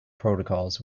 protocols